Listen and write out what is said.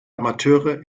amateure